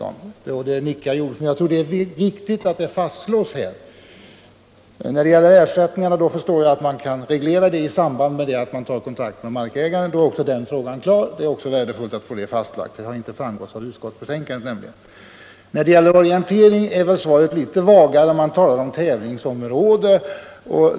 Jordbruksministern nickar, och jag tror att det är viktigt att det fastslås här. Ersättningarna förstår jag att man kan reglera i samband med att kontakt tas med markägaren. Då är också den frågan klar, vilket är värdefullt. Det har nämligen inte framgått av utskottsbetänkandet. När det gäller orienteringstävlingar är svaret litet vagare. I kungörelsen talas om tävlingsområde.